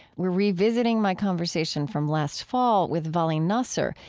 we are revisiting my conversation from last fall with vali nasr,